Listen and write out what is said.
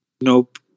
Nope